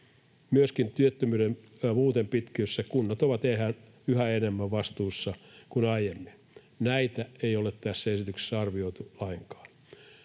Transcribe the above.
Myöskin työttömyyden pitkittyessä kunnat ovat yhä enemmän vastuussa kuin aiemmin. Näitä ei ole tässä esityksessä arvioitu lainkaan.